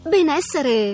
Benessere